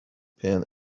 pin